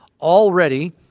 already